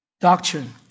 Doctrine